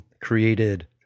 created